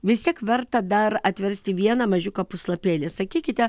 vis tiek verta dar atversti vieną mažiuką puslapėlį sakykite